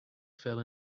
fell